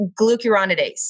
glucuronidase